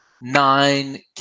nine